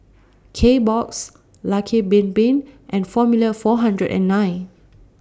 Kbox Lucky Bin Bin and Formula four hundred and nine